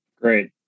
Great